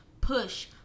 push